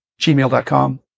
gmail.com